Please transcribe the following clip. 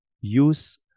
use